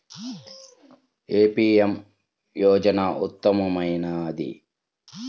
ఏ PM యోజన ఉత్తమమైనది?